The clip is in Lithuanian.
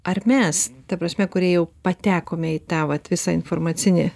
ar mes ta prasme kurie jau patekome į tą vat visą informacinį